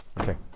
Okay